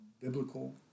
biblical